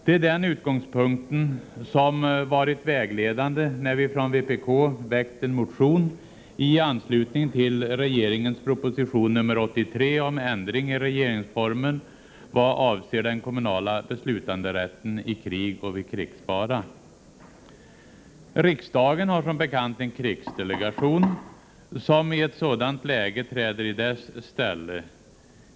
Det är den utgångspunkten som har varit vägledande, när vi från vpk väckt en motion i anslutning till regeringens proposition nr 83 om ändring i regeringsformen vad avser den kommunala beslutanderätten i krig och vid krigsfara. Riksdagen har som bekant en krigsdelegation, som i ett sådant läge träder i dess ställe.